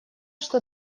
что